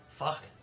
fuck